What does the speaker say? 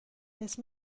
اسم